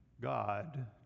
God